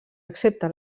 excepte